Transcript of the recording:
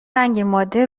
رنگماده